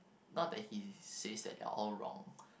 not that he says that they're all wrong